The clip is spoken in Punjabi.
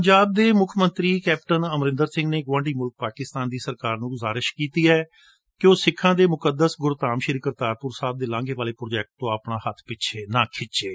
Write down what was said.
ਪੰਜਾਬ ਦੇ ਮੁੱਖ ਮੰਤਰੀ ਕੈਪਟਨ ਅਮਰਿੰਦਰ ਸਿੰਘ ਨੇ ਗੁਆਂਢੀ ਮੁਲਕ ਪਾਕਿਸਤਾਨ ਦੀ ਸਰਕਾਰ ਨੂੰ ਗੁਜ਼ਾਰਿਸ਼ ਕੀਤੀ ਏ ਕਿ ਉਹ ਸਿੱਖਾਂ ਦੇ ਮੁਕਦੱਸ ਗੁਰਧਾਮ ਸ੍ਰੀ ਕਰਤਾਰਪੁਰ ਸਾਹਿਬ ਦੇ ਲਾਘੇ ਵਾਲੇ ਪੂਾਜੈਕਟ ਤੋਂ ਆਪਣਾ ਹੱਬ ਪਿੱਛੇ ਨਾ ਖਿੱਚੇ